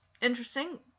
interesting